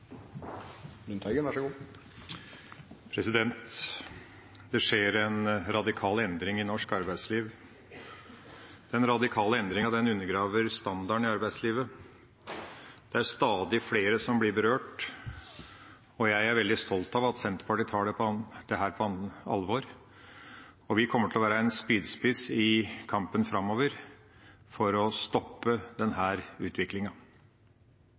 Det skjer en radikal endring i norsk arbeidsliv. Den radikale endringa undergraver standarden i arbeidslivet, og det er stadig flere som blir berørt. Jeg er veldig stolt av at Senterpartiet tar dette på alvor, og vi kommer til å være en spydspiss i kampen framover for å stoppe denne utviklinga.